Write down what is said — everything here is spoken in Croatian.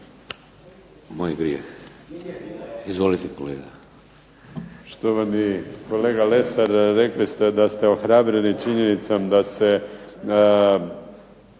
točku. Izvolite kolega.